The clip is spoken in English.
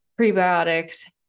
prebiotics